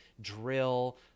drill